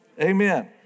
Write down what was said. Amen